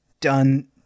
done